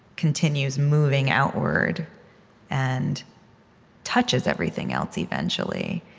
continues moving outward and touches everything else eventually.